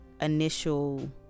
initial